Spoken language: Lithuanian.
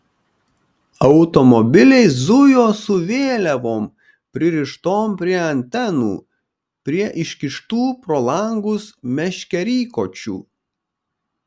automobiliai zujo su vėliavom pririštom prie antenų prie iškištų pro langus meškerykočių